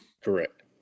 Correct